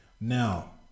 now